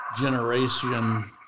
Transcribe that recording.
generation